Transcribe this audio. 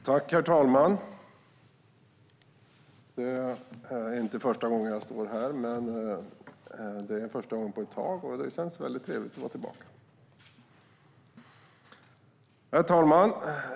Herr talman! Det är inte första gången jag står här i kammaren, men det är första gången på ett tag. Det känns väldigt trevligt att vara tillbaka.